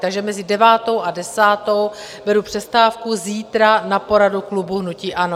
Takže mezi devátou a desátou beru přestávku zítra na poradu klubu hnutí ANO.